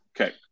Okay